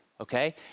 okay